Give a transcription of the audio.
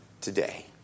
today